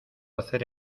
hacer